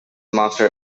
master